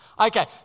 Okay